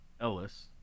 Ellis